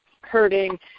hurting